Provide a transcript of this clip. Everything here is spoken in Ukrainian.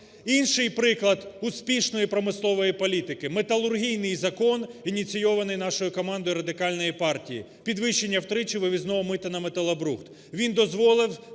Інший приклад успішної промислової політики – металургійний закон ініційований нашою командою Радикальної партії: підвищення втричі вивізного мита на металобрухт.